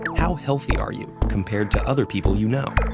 how healthy are you compared to other people you know?